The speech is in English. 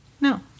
No